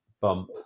bump